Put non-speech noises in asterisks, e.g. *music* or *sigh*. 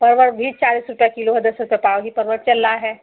परवल भी चालीस रुपया कीलो *unintelligible* चल रहा है